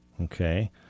Okay